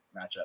matchup